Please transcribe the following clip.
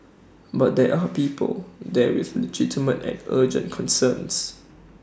but there are people there with legitimate and urgent concerns